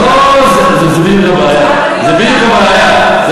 זו בדיוק הבעיה.